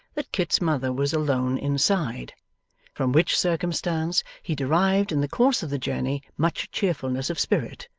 that kit's mother was alone inside from which circumstance he derived in the course of the journey much cheerfulness of spirit,